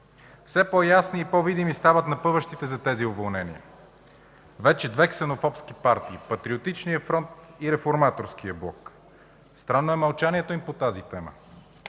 Все по-ясни и по-видими стават напъващите за тези уволнения вече две ксенофобски партии – Патриотичният фронт и Реформаторският блок. Странно е мълчанието им по тази тема.